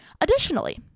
Additionally